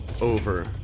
over